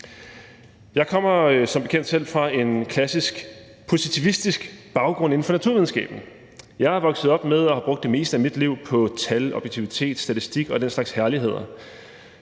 Jeg kommer som bekendt selv fra en klassisk positivistisk baggrund inden for naturvidenskaben. Jeg er vokset op med og har brugt det meste af mit liv på tal, objektivitet, statistik og den slags herligheder.